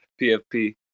PFP